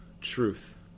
Truth